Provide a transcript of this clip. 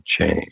change